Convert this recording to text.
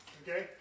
okay